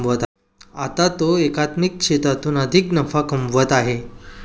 आता तो एकात्मिक शेतीतून अधिक नफा कमवत आहे